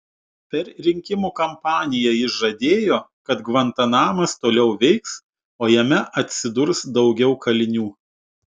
per rinkimų kampaniją jis žadėjo kad gvantanamas toliau veiks o jame atsidurs daugiau kalinių